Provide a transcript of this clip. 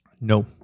No